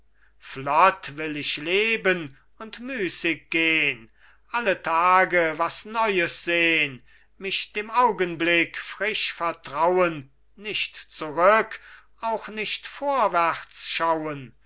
flott will ich leben und müßig gehn alle tage was neues sehn mich dem augenblick frisch vertrauen nicht zurück auch nicht vorwärts schauen